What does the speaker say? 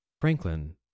Franklin